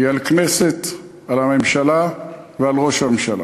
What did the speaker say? היא על הכנסת, על הממשלה ועל ראש הממשלה.